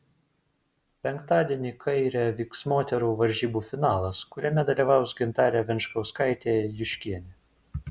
penktadienį kaire vyks moterų varžybų finalas kuriame dalyvaus gintarė venčkauskaitė juškienė